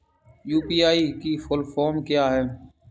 UPI की full form क्या है?